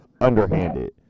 underhanded